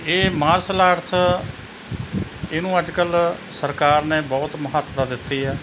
ਇਹ martial arts ਇਹਨੂੰ ਅੱਜ ਕੱਲ੍ਹ ਸਰਕਾਰ ਨੇ ਬਹੁਤ ਮਹੱਤਤਾ ਦਿੱਤੀ ਹੈ